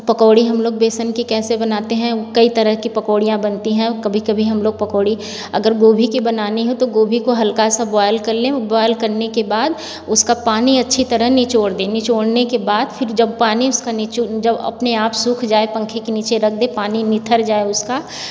तो पकौड़ी हम लोग बेसन के कैसे बनाते हैं वो कई तरह की पकौड़ियाँ बनती हैं कभी कभी हम लोग पकौड़ी अगर गोभी के बनानी हो तो गोभी को हल्का सा बॉईल कर ले बॉईल करने के बाद उसका पानी अच्छी तरह निचोड़ दें निचोड़ने के बाद फिर जब पानी उसका जब अपने आप सूख जाए पंखे के नीचे रख दे पानी निथर जाए उसका